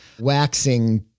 waxing